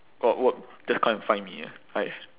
got work just come and find me ah I